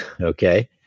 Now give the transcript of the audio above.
Okay